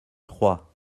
trois